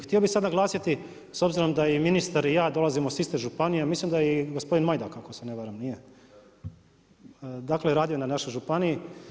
Htio bi samo naglasiti, s obzirom da i ministar i ja dolazimo sa iste županije, mislim da je i gospodin Majdak ako se ne varam, nije, dakle, radio na našoj županiji.